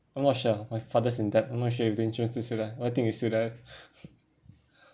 I'm not sure my father's in debt I'm not sure if insurance is still there but I think it's still there